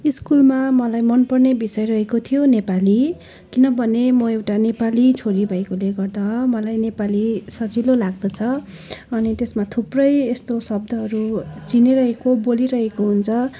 स्कुलमा मलाई मनपर्ने विषय रहेको थियो नेपाली किनभने म एउटा नेपाली छोरी भएकोले गर्दा मलाई नेपाली सजिलो लाग्दछ अनि त्यसमा थुप्रै यस्तो शब्दहरू चिनिरहेको बोलिरहेको हुन्छ